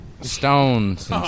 Stones